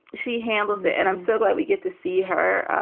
she handles it. and i'm so glad we get to see her,